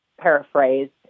paraphrased